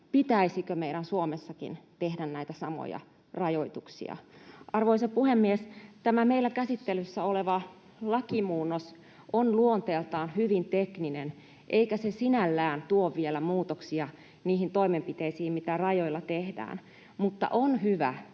pitäisikö meidän Suomessakin tehdä näitä samoja rajoituksia. Arvoisa puhemies! Tämä meillä käsittelyssä oleva lakimuunnos on luonteeltaan hyvin tekninen, eikä se sinällään tuo vielä muutoksia niihin toimenpiteisiin, mitä rajoilla tehdään, mutta on hyvä,